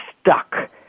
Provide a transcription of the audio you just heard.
stuck